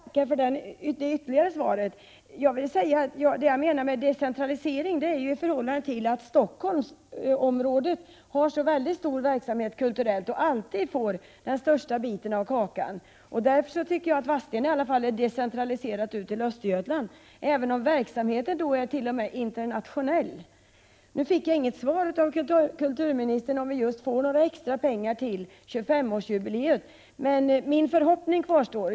Herr talman! Jag tackar för det ytterligare svaret. Vad jag menar när jag talar om decentralisering är att Stockholmsområdet, i förhållande till övriga delar av landet, har en mycket stor kulturverksamhet och alltid får den största biten av kakan. Jag anser att Vadstena i varje fall är decentraliserat till Östergötland, även om verksamheten t.o.m. är internationell. Nu fick jag inget svar av kulturministern om vi skall få några extra pengar till 25-årsjubileet, men min förhoppning kvarstår.